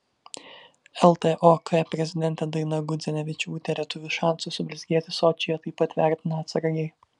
ltok prezidentė daina gudzinevičiūtė lietuvių šansus sublizgėti sočyje taip pat vertina atsargiai